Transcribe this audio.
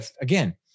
again